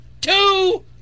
Two